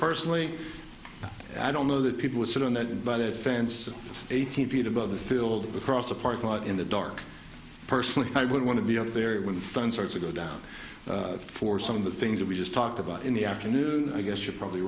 personally i don't know that people would sit on that but a fence eighteen feet above the filled with across a parking lot in the dark personally i would want to be up there when the sun starts to go down for some of the things that we just talked about in the afternoon i guess you're probably